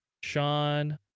Sean